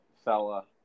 fella